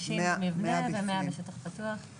שמשרד הבריאות או משרד החינוך יסבירו לנו למה לנו דין